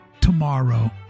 tomorrow